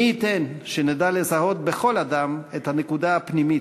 מי ייתן שנדע לזהות בכל אדם את הנקודה הפנימית,